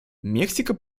мексика